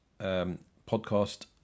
podcast